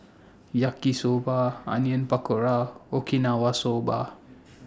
Yaki Soba Onion Pakora Okinawa Soba